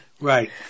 Right